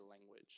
language